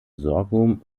sorghum